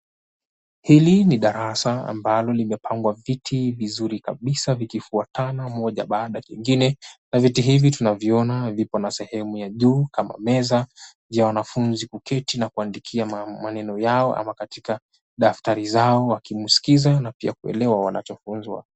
Hili ni darasa ambalo limepangwa viti vizuri kabisa vikifuatana moja baada kingine, na viti hivi tunaviona vipo na sehemu ya juu kama meza vya wanafunzi kuketi na kuandikia maneno yao ama katika daftari zao wakimskiza na pia kuelewa wanachofunzwa.